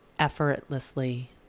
effortlessly